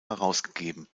herausgegeben